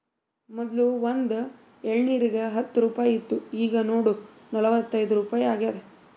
ಮೊದ್ಲು ಒಂದ್ ಎಳ್ನೀರಿಗ ಹತ್ತ ರುಪಾಯಿ ಇತ್ತು ಈಗ್ ನೋಡು ನಲ್ವತೈದು ರುಪಾಯಿ ಆಗ್ಯಾದ್